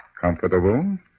Comfortable